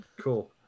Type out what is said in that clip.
Cool